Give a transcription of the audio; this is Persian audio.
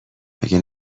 مگه